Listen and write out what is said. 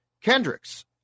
Kendricks